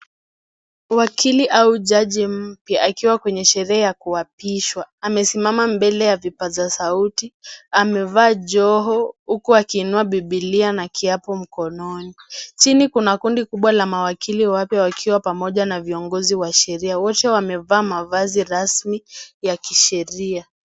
Wakili au jaji mpya, akiwa kwenye sherehe ya kuapishwa. Amesimama mbele ya vipaza sauti, amevaa joho huku akiinua Bibilia na kiapo mkononi. Chini kuna kundi kubwa la mawakili wapya wakiwa pamoja na viongozi wa sheria, wote wamevaa mavazi rasmi ya kisheria.